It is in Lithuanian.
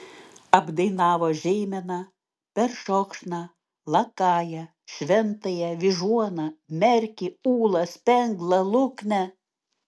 apdainavo žeimeną peršokšną lakają šventąją vyžuoną merkį ūlą spenglą luknę